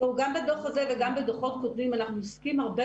גם בדוח הזה וגם בדוחות קודמים אנחנו עוסקים הרבה